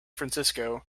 francisco